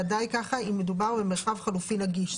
בוודאי עם מדובר במרחב חלופי נגיש.